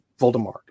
Voldemort